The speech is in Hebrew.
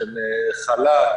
בעניין חל"ת.